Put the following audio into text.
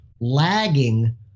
lagging